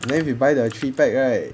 then if you buy the three pack right